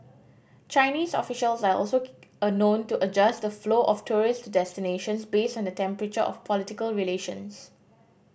Chinese officials are also a known to adjust the flow of tourists to destinations based on the temperature of political relations